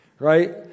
right